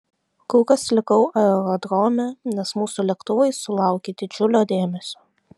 kol kas likau aerodrome nes mūsų lėktuvai sulaukė didžiulio dėmesio